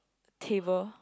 table